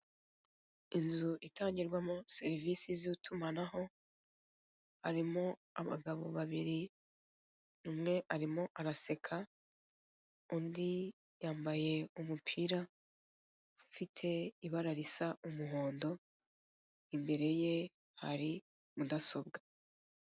Inzu itangirwamo serivisi z'itumanaho, harimo abagabo babiri umwe arimo araseka, undi yambaye umupira ufite ibara risa umuhondo, imbere ye hari mudasobwa.